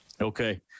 okay